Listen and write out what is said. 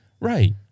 right